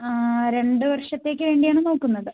ആ രണ്ട് വർഷത്തേക്ക് വേണ്ടി ആണ് നോക്കുന്നത്